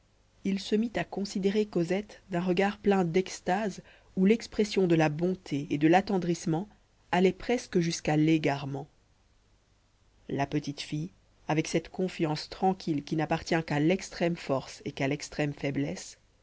il se mit à considérer cosette d'un regard plein d'extase où l'expression de la bonté et de l'attendrissement allait presque jusqu'à l'égarement la petite fille avec cette confiance tranquille qui n'appartient qu'à l'extrême force et qu'à l'extrême faiblesse